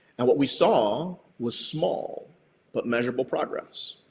and what we saw was small but measurable progress.